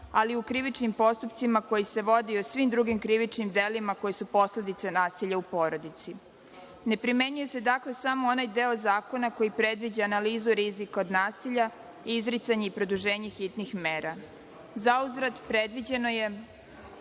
ali i u krivičnim postupcima koji se vode o svim drugim krivičnim delima koji su posledica nasilja u porodici. Ne primenjuje se, dakle, samo onaj deo zakona koji predviđa analizu rizika od nasilja i izricanje i produženje hitnih mera. Zauzvrat, predviđeno je